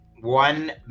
one